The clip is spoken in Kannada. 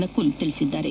ನಕುಲ್ ತಿಳಿಸಿದ್ದಾರೆ